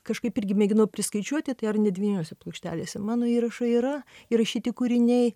kažkaip irgi mėginau priskaičiuoti tai ar ne devyniose plokštelėse mano įrašai yra įrašyti kūriniai